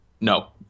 No